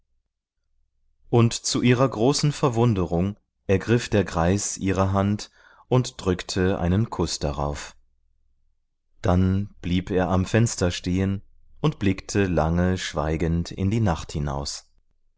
und zu ihrer großen verwunderung ergriff der greis ihre hand und drückte einen kuß darauf dann blieb er am fenster stehen und blickte lange schweigend in die nacht hinaus